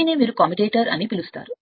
దీనినే మీరు కమ్యుటేటర్ అని పిలుస్తారు